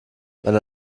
wenn